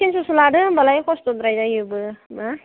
थिनस'सो लादो होमब्लालाय खस्थ'द्राय जायोबो ना